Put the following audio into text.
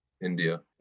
India